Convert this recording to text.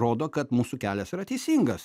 rodo kad mūsų kelias yra teisingas